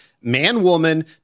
man-woman